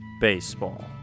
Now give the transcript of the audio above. Baseball